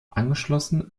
angeschlossen